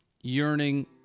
Yearning